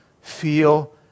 feel